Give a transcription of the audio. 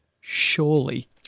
Surely